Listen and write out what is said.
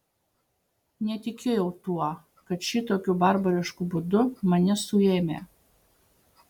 netikėjau tuo kad šitokiu barbarišku būdu mane suėmę